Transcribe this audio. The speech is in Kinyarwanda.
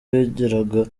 yageraga